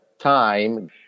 time